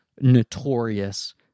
notorious